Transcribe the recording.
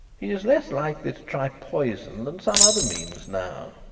he is less likely to try poison than some other means now,